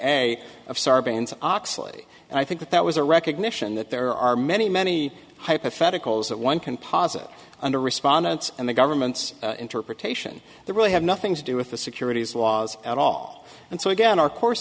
essay of sarbanes oxley and i think that that was a recognition that there are many many hypotheticals that one can posit under respondents and the government's interpretation they really have nothing to do with the securities laws at all and so again our co